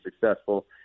successful